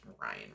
Ryan